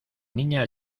niña